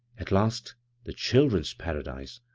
at last the children's paradise,